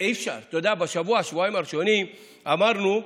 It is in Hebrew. אתה יודע, בשבוע-שבועיים הראשונים אמרנו: